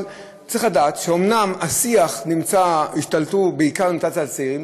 אבל צריך לדעת שאומנם על השיח השתלטו בעיקר הצעירים,